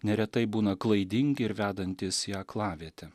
neretai būna klaidingi ir vedantys į aklavietę